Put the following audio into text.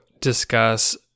discuss